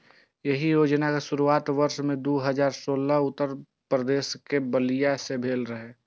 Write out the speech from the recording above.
एहि योजनाक शुरुआत वर्ष दू हजार सोलह मे उत्तर प्रदेशक बलिया सं भेल रहै